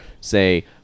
say